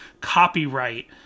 copyright